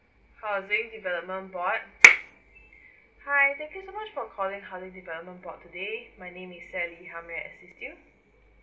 housing development board hi thank you so much for calling housing development board today my name is sally how may I assist you